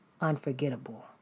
unforgettable